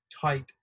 tight